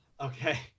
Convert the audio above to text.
Okay